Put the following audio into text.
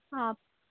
آپ